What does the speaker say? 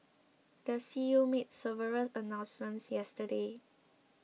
the C E O made several announcements yesterday